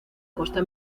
costa